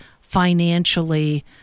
financially